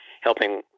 helping